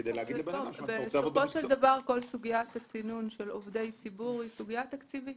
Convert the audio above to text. כדי להגיד -- כל סוגית הצינון של עובדי ציבור היא סוגיה תקציבית.